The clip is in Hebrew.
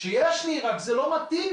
שיש לי רק זה לא מתאים.